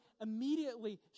immediately